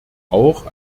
auch